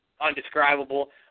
undescribable